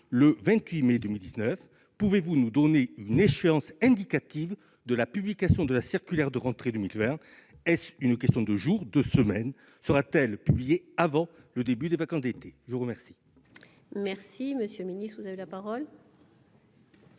le 28 mai 2019. Pouvez-vous nous donner une échéance indicative pour la publication de la circulaire de rentrée 2020 ? Est-ce une question de jours, de semaines ? Sera-t-elle publiée avant le début des vacances d'été ? La parole est à M. le ministre. Monsieur le